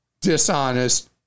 dishonest